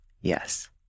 yes